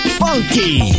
funky